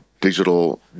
digital